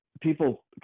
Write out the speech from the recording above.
People